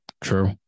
True